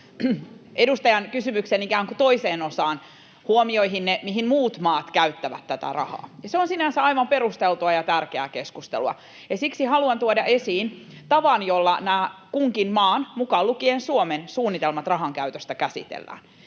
edustajan kysymyksen ikään kuin toiseen osaan, huomioihinne siitä, mihin muut maat käyttävät tätä rahaa, ja se on sinänsä aivan perusteltua ja tärkeää keskustelua. Siksi haluan tuoda esiin tavan, jolla nämä kunkin maan, mukaan lukien Suomen, suunnitelmat rahankäytöstä käsitellään.